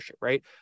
right